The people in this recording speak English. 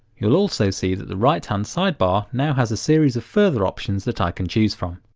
you'll also see that the right hand sidebar now has a series of further options that i can choose from.